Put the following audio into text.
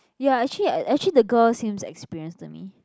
ya actually actually the girl seems experienced to me